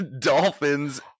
Dolphins